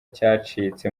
cyacitse